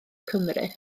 cymru